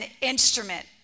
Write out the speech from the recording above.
instrument